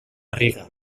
riga